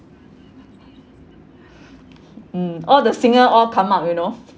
mm all the singer all come up you know